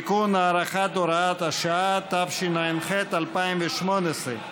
(תיקון, הארכת הוראת השעה), התשע"ח 2018,